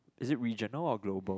is it regional or global